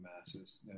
masses